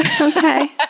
Okay